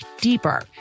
deeper